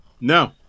No